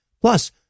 Plus